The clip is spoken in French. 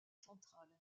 central